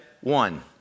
one